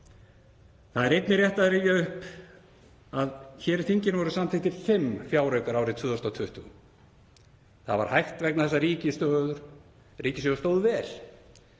Það er einnig rétt að rifja upp að hér í þinginu voru samþykktir fimm fjáraukar árið 2020. Það var hægt vegna þess að ríkissjóður stóð vel.